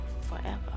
forever